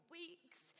weeks